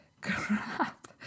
crap